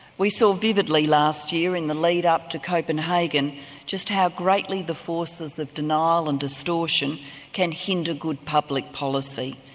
we saw vividly last year in the lead-up to copenhagen just how greatly the forces of denial and distortion can hinder good public policy,